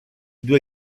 due